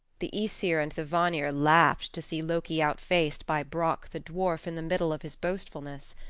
the aesir and the vanir laughed to see loki outfaced by brock the dwarf in the middle of his boastfulness.